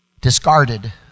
discarded